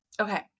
Okay